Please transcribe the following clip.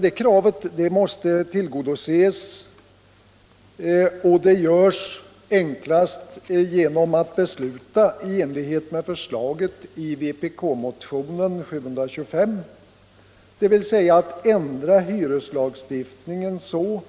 Detta krav måste tillgodoses, och det görs enklast genom att besluta enligt förslaget i vpkmotionen 725, dvs. att ändra hyreslagstiftningen så